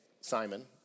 Simon